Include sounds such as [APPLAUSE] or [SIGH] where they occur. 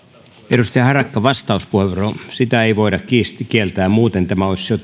edustaja harakka vastauspuheenvuoro sitä ei voida kieltää muuten tämä keskustelu olisi jo [UNINTELLIGIBLE]